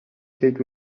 کیک